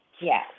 Yes